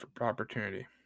opportunity